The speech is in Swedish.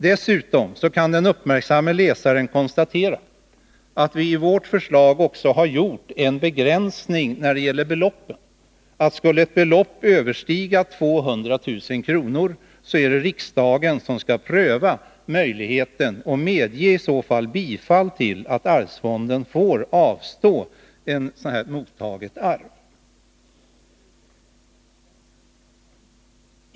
Dessutom kan den uppmärksamme läsaren konstatera att vi i vårt förslag också har gjort den begränsningen att skulle ett belopp överstiga 200 000 kr. är det riksdagen som skall fatta beslut om att arvsfonden får avstå ett sådant här mottaget arv.